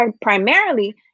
primarily